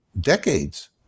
decades